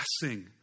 blessing